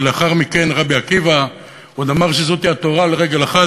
שלאחר מכן רבי עקיבא עוד אמר שזאת התורה על רגל אחת,